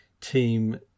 team